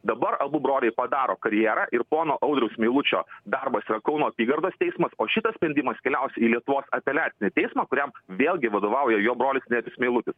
dabar abu broliai padaro karjerą ir pono audriaus meilučio darbas yra kauno apygardos teismas o šitas sprendimas keliaus į lietuvos apeliacinį teismą kuriam vėlgi vadovauja jo brolis nerijus meilutis